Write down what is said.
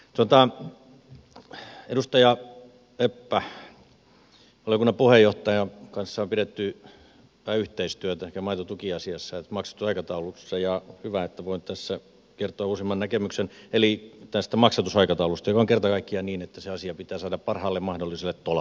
edustaja lepän valiokunnan puheenjohtajan kanssa on pidetty hyvää yhteistyötä maitotukiasiassa maksatusaikataulussa ja hyvä että voin tässä kertoa uusimman näkemyksen tästä maksatusaikataulusta joka on kerta kaikkiaan niin että se asia pitää saada parhaalle mahdolliselle tolalle